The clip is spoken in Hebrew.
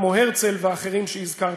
כמו הרצל ואחרים שהזכרתי.